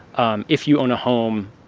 um if you own a home,